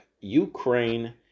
Ukraine